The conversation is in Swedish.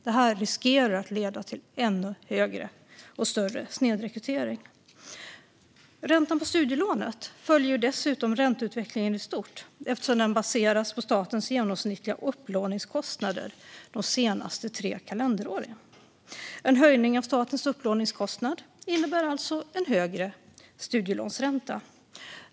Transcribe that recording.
Detta riskerar att leda till en ännu större snedrekrytering. Räntan på studielånet följer dessutom ränteutvecklingen i stort, eftersom den baseras på statens genomsnittliga upplåningskostnad de senaste tre kalenderåren. En höjning av statens upplåningskostnad innebär alltså en högre studielånsränta.